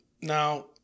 Now